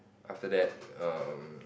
after that um